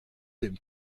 dem